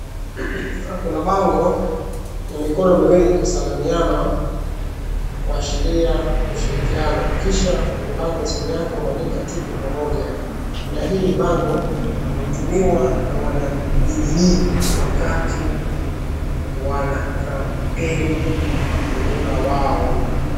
Kuna bango ya mikono miwili kusalimiana kuashiria ushirikiano. Kisha kwenye bango chini yake wameandika tuko pamoja na hili bango lilitumiwa na wanajubilee wakati wanakampeni muhula wao.